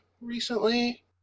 recently